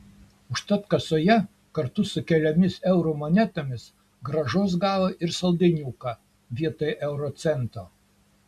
užtat kasoje kartu su keliomis eurų monetomis grąžos gavo ir saldainiuką vietoj euro cento